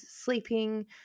sleeping